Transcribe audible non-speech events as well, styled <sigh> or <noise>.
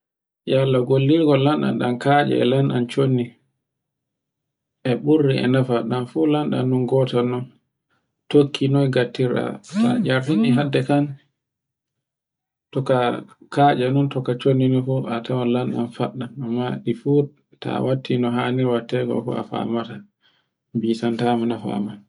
Yalla gollirghal lanɗan ɗan ketce e lanɗan chondi e ɓurri e nafa ɗan fu lanɗan nan goton non tokki noye ngattirta. <noise> Ta ertini hadde kan <noise> toka katce non to ka chondi din fu a tawan faɗɗan amma e fu ta watti no han wattirgo fu a famata bisantama nafama.